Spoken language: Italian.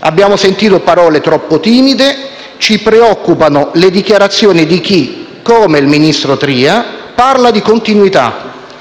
Abbiamo sentito parole troppo timide; ci preoccupano le dichiarazioni di chi, come il ministro Tria, parla di continuità,